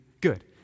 good